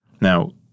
Now